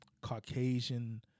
Caucasian